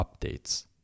updates